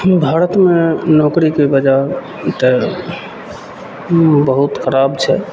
हम भारतमे नौकरीके बजार तऽ बहुत खराब छै